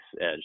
edge